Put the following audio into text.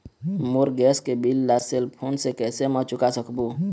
मोर gas के bill ला cell phone से कैसे म चुका सकबो?